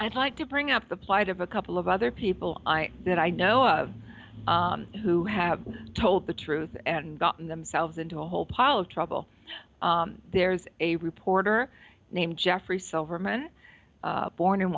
i'd like to bring up the plight of a couple of other people that i know of who have told the truth and gotten themselves into a whole pile of trouble there's a reporter named jeffrey silverman born in